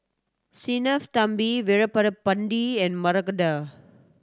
Sinnathamby Veerapandiya and Mahade